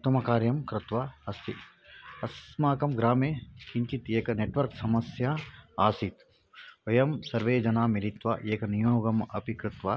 उत्तमकार्यं कृत्वा अस्ति अस्माकं ग्रामे किञ्चित् एकं नेट्वर्क् समस्या आसीत् वयं सर्वे जनाः मिलित्वा एकनियोगम् अपि कृत्वा